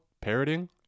parroting